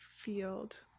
field